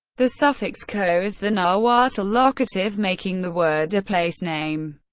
the suffix co is the nahuatl locative, making the word a place name.